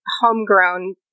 homegrown